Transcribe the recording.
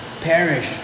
perish